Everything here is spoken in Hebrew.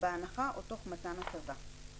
בהנחה או תוך מתן הטבה.